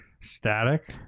Static